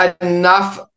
enough